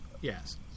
Yes